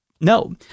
No